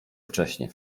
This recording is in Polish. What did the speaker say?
wcześnie